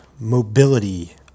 mobility